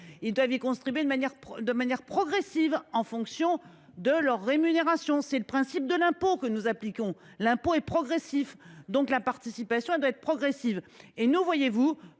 Ils doivent y contribuer de manière progressive, en fonction de leur rémunération. C’est le principe de l’impôt que nous appliquons. L’impôt étant progressif, la participation doit l’être également. Si votre